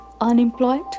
unemployed